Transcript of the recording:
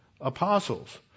apostles